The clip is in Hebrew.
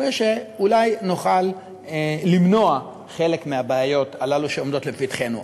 הרי שאולי נוכל למנוע חלק מהבעיות הללו שעומדות לפתחנו.